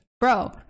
Bro